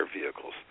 vehicles